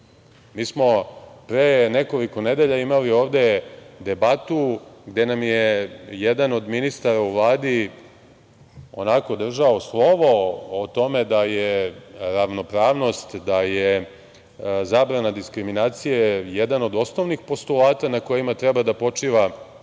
smo pre nekoliko nedelja imali ovde debatu gde nam je jedan od ministara u Vladi onako držao slovo o tome da je ravnopravnost, da je zabrana diskriminacije jedan od osnovnih postulata na kojima treba da počiva